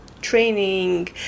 training